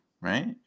right